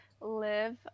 live